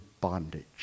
bondage